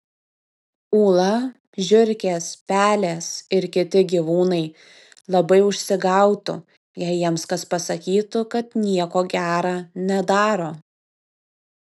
ūla žiurkės pelės ir kiti gyvūnai labai užsigautų jei jiems kas pasakytų kad nieko gera nedaro